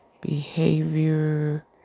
behavior